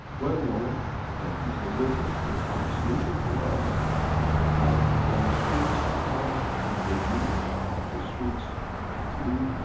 well known that people listen, they find solution through us that on the streets from china in beijing to the streets in italy,